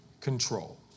control